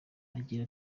agira